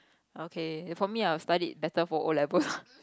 okay for me I would have studied better for o-levels